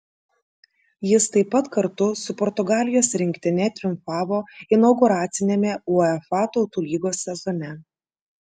jis taip pat kartu su portugalijos rinktine triumfavo inauguraciniame uefa tautų lygos sezone